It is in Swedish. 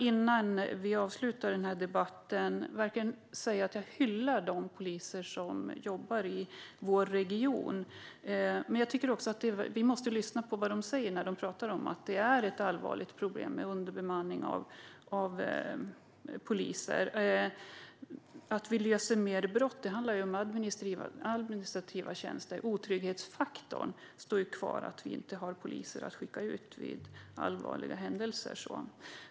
Innan vi avslutar den här debatten vill jag säga att jag hyllar de poliser som jobbar i vår region. Men vi måste lyssna när de säger att det är ett allvarligt problem med underbemanning. Att man löser fler brott handlar ju mer om administrativa tjänster. Otrygghetsfaktorn kvarstår när vi inte har poliser att skicka ut vid allvarliga händelser.